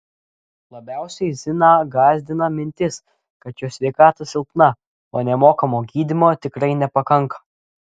labiausiai ziną gąsdina mintis kad jos sveikata silpna o nemokamo gydymo tikrai nepakanka